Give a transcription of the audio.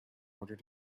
order